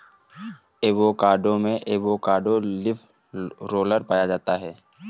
avocado में avocado leaf roller पाया जाता है